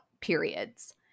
periods